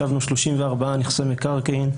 השבנו 34 נכסי מקרקעין,